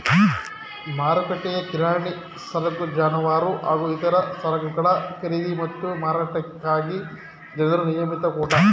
ಮಾರುಕಟ್ಟೆಯು ಕಿರಾಣಿ ಸರಕು ಜಾನುವಾರು ಹಾಗೂ ಇತರ ಸರಕುಗಳ ಖರೀದಿ ಮತ್ತು ಮಾರಾಟಕ್ಕಾಗಿ ಜನರ ನಿಯಮಿತ ಕೂಟ